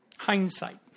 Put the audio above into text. Hindsight